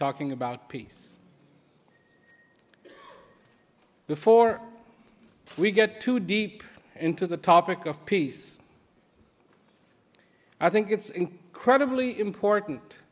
talking about peace before we get too deep into the topic of peace i think it's incredibly important